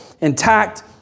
intact